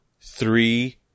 three